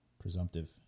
presumptive